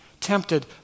tempted